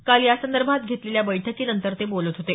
काल यासंदर्भात घेतलेल्या बैठकीनंतर ते बोलत होते